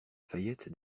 fayette